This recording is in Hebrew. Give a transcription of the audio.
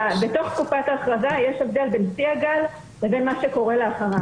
בתוך תקופת ההכרזה יש הבדל בין שיא הגל לבין מה שקורה לאחריו.